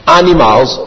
animals